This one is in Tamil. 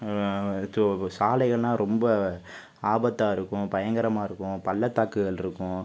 து சாலைகளெலாம் ரொம்ப ஆபத்தாக இருக்கும் பயங்கரமாக இருக்கும் பள்ளத்தாக்குகளிருக்கும்